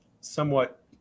somewhat